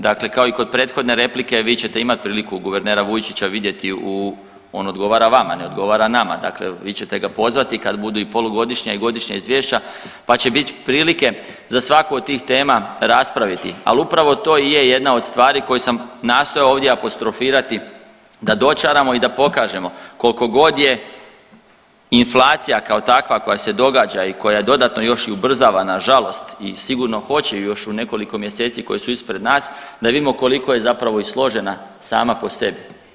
Dakle kao i kod prethodne replike, vi ćete imati priliku guvernera Vujčića vidjeti u, on odgovara vama, ne odgovara nama, dakle vi ćete ga pozvati i kad budu i polugodišnja i godišnja izvješća pa će biti prilike za svaku od tih tema raspraviti, ali upravo to je jedna od stvari koje sam nastojao ovdje apostrofirati da dočaramo i da pokažemo, koliko god je inflacija, kao takva koja se događa i koja dodatno još i ubrzava, nažalost i sigurno hoće još i u nekoliko mjeseci koji su ispred nas, da vidimo koliko je zapravo i složena sama po sebi.